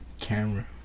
camera